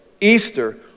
Easter